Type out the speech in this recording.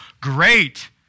great